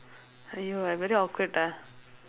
!aiyo! I very awkward ah